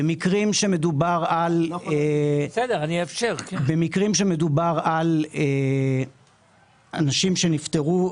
במקרים שמדובר על אנשים שנפטרו,